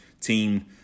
team